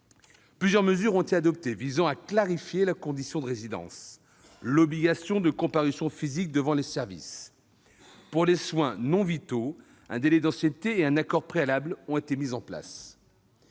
Plusieurs mesures ont été adoptées visant à clarifier la condition de résidence et l'obligation de comparution physique devant les services. Pour les soins non vitaux, un délai d'ancienneté et un accord préalable ont été mis en place.